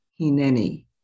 Hineni